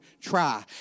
try